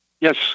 Yes